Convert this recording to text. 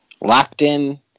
Locked-in